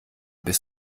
bis